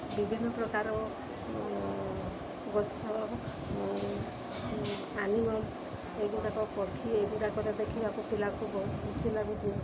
ବିଭିନ୍ନପ୍ରକାର ଗଛ ଆନିମଲ୍ସ ଏଗୁଡ଼ାକ ପକ୍ଷୀ ଏଗୁଡ଼ାକ ଦେଖିିବାକୁ ପିଲାଙ୍କୁ ବହୁତ ଖୁସି ଲାଗୁଛି